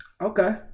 Okay